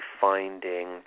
finding